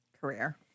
Career